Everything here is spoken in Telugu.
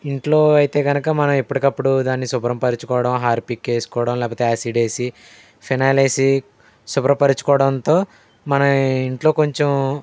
ఇంట్లో అయితే కనుక మనం ఎప్పటికప్పుడు దాన్ని శుభ్రపరచుకోవడం హార్పిక్ వేసుకోవడం లేకపోతే యాసిడ్ వేసి ఫినాయిల్ వేసి శుభ్రపరచుకోవడంతో మన ఇంట్లో కొంచెం